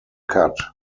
cut